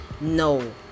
No